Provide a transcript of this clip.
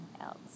else